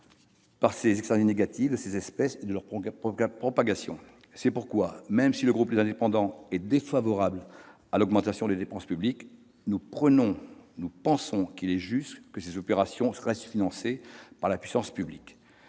par les externalités négatives de ces espèces et de leur propagation. C'est pourquoi, même si le groupe Les Indépendants est défavorable à l'augmentation des dépenses publiques, il nous paraît juste que de telles opérations restent financées par la puissance publique.